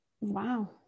Wow